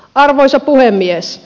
arvoisa puhemies